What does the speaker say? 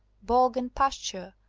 bog and pasture,